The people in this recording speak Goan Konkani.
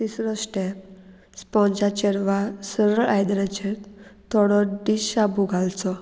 तिसरो स्टॅप स्पोंजाचेर वा सरळ आयदनाचेर थोडो डीश शाबू घालचो